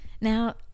now